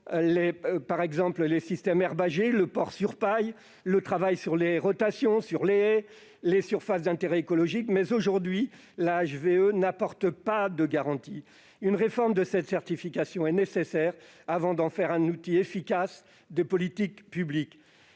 notamment les systèmes herbagers, le porc sur paille, le travail sur les rotations et sur les haies et les surfaces d'intérêt écologique. Mais, aujourd'hui, la HVE n'apporte pas de garanties. Une réforme de la certification est nécessaire avant que d'en faire un outil efficace de politique publique.